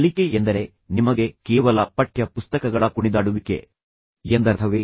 ಕಲಿಕೆ ಎಂದರೆ ನಿಮಗೆ ಕೇವಲ ಪಠ್ಯ ಪುಸ್ತಕಗಳ ಕುಣಿದಾಡುವಿಕೆ ಎಂದರ್ಥವೇ